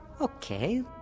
Okay